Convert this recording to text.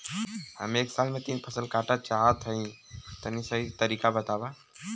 हम एक साल में तीन फसल काटल चाहत हइं तनि सही तरीका बतावा?